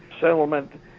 settlement